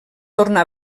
tornà